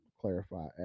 Clarify